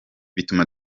bituma